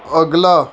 ਅਗਲਾ